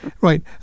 Right